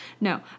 no